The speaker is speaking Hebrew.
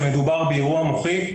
שמדובר באירוע מוחי,